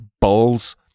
balls